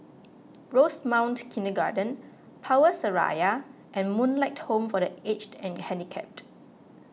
Rosemount Kindergarten Power Seraya and Moonlight Home for the Aged and Handicapped